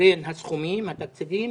בין הסכומים, התקציבים,